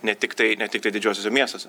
ne tiktai ne tiktai didžiuosiuose miestuose